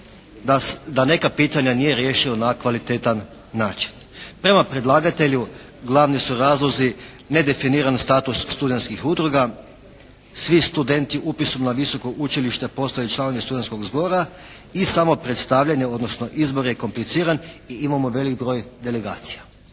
da neka pitanja nije riješio na kvalitetan način. Prema predlagatelju glavni su razlozi nedefiniran status studentskih udruga. Svi studenti upisom na visoko učilište postaju članovi studentskog zbora i samo predstavljanje odnosno izbor je kompliciran i imamo velik broj delegacija.